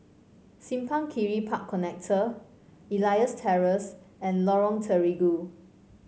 Simpang Kiri Park Connector Elias Terrace and Lorong Terigu